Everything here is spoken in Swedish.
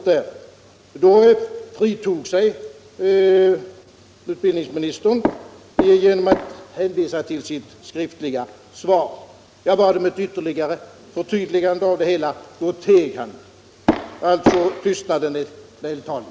Då fritog sig utbildningsministern genom att hänvisa till sitt skriftliga svar. Jag bad om ett ytterligare förtydligande av det hela. Då teg han. Tystnaden var vältalig.